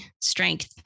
strength